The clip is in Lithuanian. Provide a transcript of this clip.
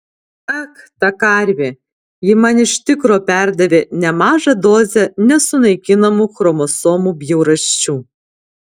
ak ta karvė ji man iš tikro perdavė nemažą dozę nesunaikinamų chromosomų bjaurasčių